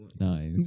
Nice